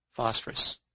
phosphorus